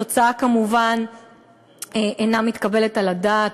התוצאה כמובן אינה מתקבלת על הדעת,